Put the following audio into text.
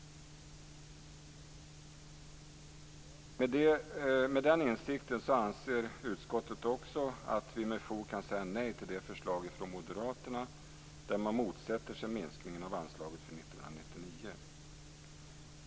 Med den insikten anser utskottet också att vi med fog kan säga nej till det förslag från moderaterna där man motsätter sig minskningen av anslaget för 1999.